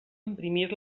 imprimir